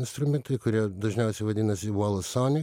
instrumentai kurie dažniausiai vadinasi volsoni